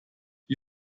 die